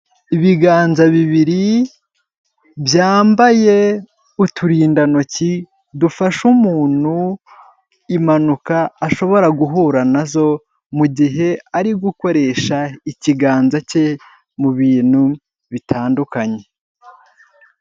Ibiganza bibiri byambaye uturindantoki dufasha umuntu impanuka ashobora guhura nazo mugihe ari gukoresha ikiganza cye mu bintu bitandukanye.